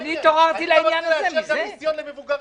אני רוצה לאשר גם מיסיון למבוגרים.